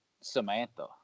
Samantha